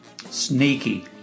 Sneaky